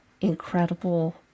incredible